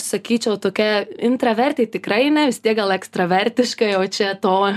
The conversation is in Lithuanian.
sakyčiau tokia intravertė tikrai ne vis tiek gal ekstravertiška jau čia to